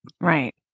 Right